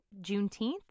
Juneteenth